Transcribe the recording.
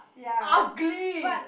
ugly